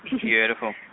Beautiful